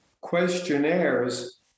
questionnaires